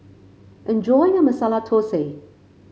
enjoy your Masala Thosai